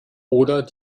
oder